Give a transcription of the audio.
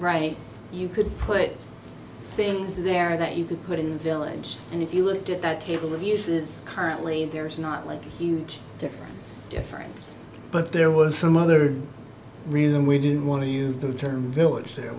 right you could put things in there that you could put in the village and if you looked at that table of uses currently there is not like a huge difference difference but there was some other reason we didn't want to use the term village there